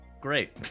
great